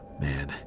man